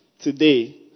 today